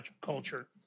culture